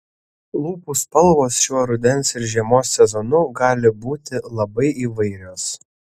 lūpų spalvos šiuo rudens ir žiemos sezonu gali būti labai įvairios